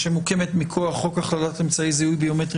שמוקמת מכוח חוק הכללת אמצעי זיהוי ביומטריים